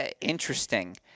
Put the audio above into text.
interesting